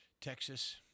Texas